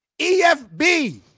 Efb